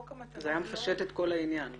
זה היה מפשט את כל העניין.